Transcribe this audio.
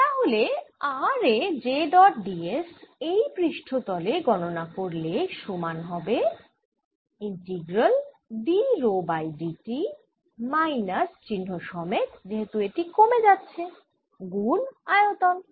তাহলে r এ j dot d s এই পৃষ্ঠতল এ গণনা করলে সমান হবে integral d rho by d t minus চিহ্ন সমেত যেহেতু এটি কমে যাচ্ছে গুণ আয়তন